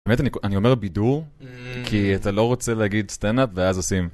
באמת אני אומר בידור כי אתה לא רוצה להגיד סטנדאפ ואז עושים.